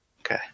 Okay